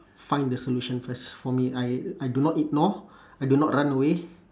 find the solution first for me I I do not ignore I do not run away